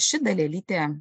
ši dalelytė